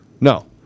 No